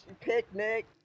picnic